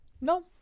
no